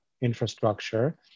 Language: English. infrastructure